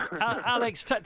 Alex